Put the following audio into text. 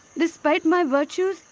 despite my virtues,